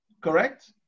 Correct